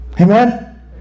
Amen